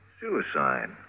Suicide